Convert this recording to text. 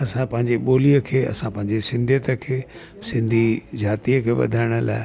असां पंहिंजी बोलीअ खे असां पंहिजे सिंधीयत खे सिंधी जातीअ खे वधाइण लाइ